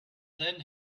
then